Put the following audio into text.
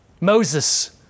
Moses